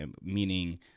meaning